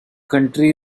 county